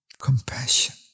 Compassion